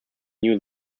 new